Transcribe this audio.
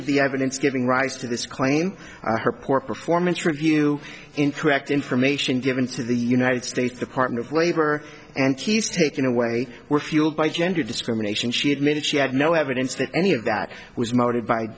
of the evidence giving rise to this claim her poor performance review incorrect information given to the united states department of labor and he's taken away were fueled by gender discrimination she admitted she had no evidence that any of that was murdered by